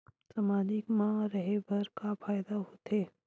सामाजिक मा रहे बार का फ़ायदा होथे?